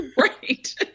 right